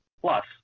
Plus